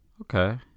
okay